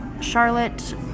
Charlotte